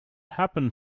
happened